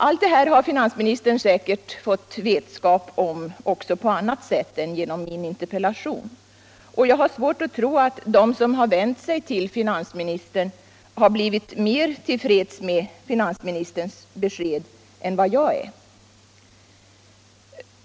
Allt det här har finansministern säkert fått vetskap om också på annat sätt än genom min interpellation, och jag har svårt att tro att de som vänt sig till finansministern har blivit mer till freds med finansministerns besked än vad jag är.